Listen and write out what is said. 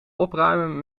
opruimen